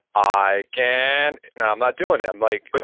i can, now i'm not doing it. i'm like, but